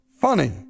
funny